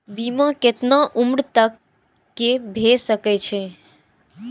बीमा केतना उम्र तक के भे सके छै?